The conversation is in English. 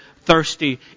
thirsty